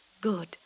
good